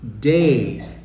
day